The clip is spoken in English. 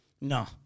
No